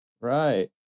right